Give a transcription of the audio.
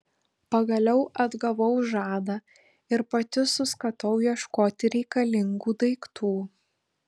pagaliau atgavau žadą ir pati suskatau ieškoti reikalingų daiktų